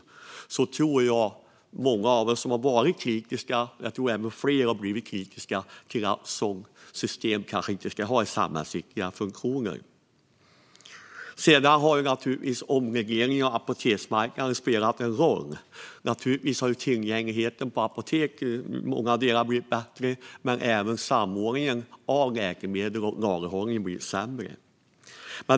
Men jag tror att vi är många som har varit kritiska och att ännu fler har blivit kritiska till ett sådant system för samhällsviktiga funktioner. Sedan har naturligtvis omregleringen av apoteksmarknaden spelat en roll. Naturligtvis har tillgängligheten till apotek i många delar av landet blivit bättre, men samordningen av läkemedel och lagerhållning har blivit sämre.